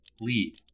Lead